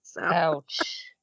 Ouch